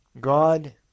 God